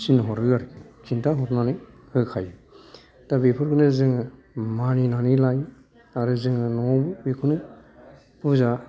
थिनहरो आरो खिन्थाहरनानै होखायो दा बेफोरखौनो जोङो मानिनानै लायो आरो जों न'आव बिखौनो फुजा